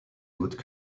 hautes